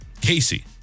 Casey